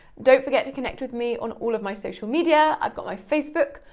don't forget to connect with me on all of my social media. i've got my facebook,